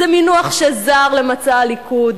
זה מינוח שזר למצע הליכוד,